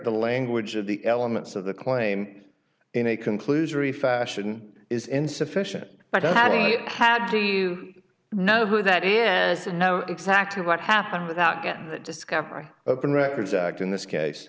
the language of the elements of the claim in a conclusory fashion is insufficient but how do you how do you know where that is exactly what happened without getting the discovery open records act in this case